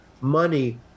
Money